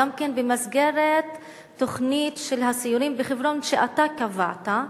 גם כן במסגרת תוכנית של הסיורים בחברון שאתה קבעת,